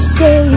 say